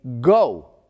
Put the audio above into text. go